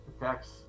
Attacks